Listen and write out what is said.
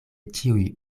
ĉiuj